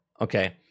okay